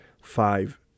five